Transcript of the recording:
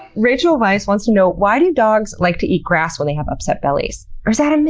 rachel weiss wants to know, why do dogs like to eat grass when they have upset bellies? or is that a myth?